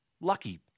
Lucky